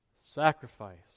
sacrifice